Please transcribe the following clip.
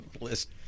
list